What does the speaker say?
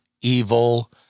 evil